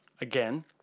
again